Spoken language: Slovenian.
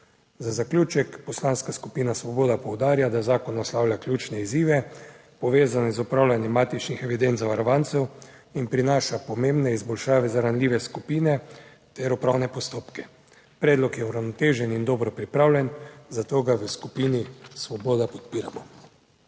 Za zaključek. Poslanska skupina Svoboda poudarja, da zakon naslavlja ključne izzive, povezane z upravljanjem matičnih evidenc zavarovancev in prinaša pomembne izboljšave za ranljive skupine ter upravne postopke. Predlog je uravnotežen in dobro pripravljen, zato ga v skupini svoboda podpiramo.